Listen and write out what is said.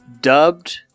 dubbed